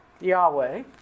Yahweh